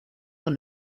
con